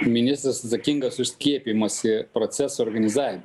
ministras atsakingas už skiepijimosi proceso organizavimą